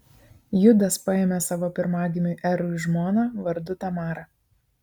judas paėmė savo pirmagimiui erui žmoną vardu tamara